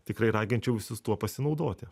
tikrai raginčiau visus tuo pasinaudoti